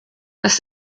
das